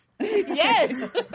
Yes